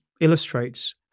illustrates